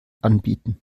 anbieten